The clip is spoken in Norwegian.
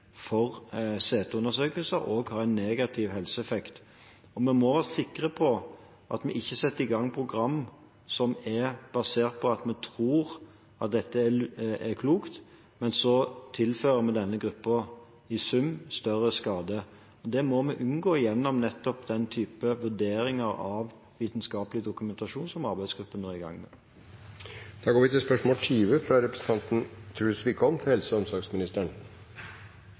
for CT-undersøkelser også har en negativ helseeffekt. Vi må være sikre på at vi ikke setter i gang program som er basert på at vi tror at dette er klokt – og så tilfører vi denne gruppen i sum større skade. Det må vi unngå nettopp gjennom den typen vurderinger av vitenskapelig dokumentasjon som arbeidsgruppen nå er i gang med. «Regjeringspartiet Høyre lytter hverken til